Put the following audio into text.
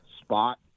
spot